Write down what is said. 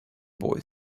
boy